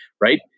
right